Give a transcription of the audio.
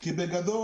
כי בגדול,